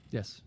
Yes